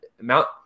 Mount